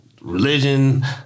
religion